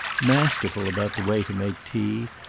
masterful about the way to make tea,